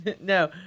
No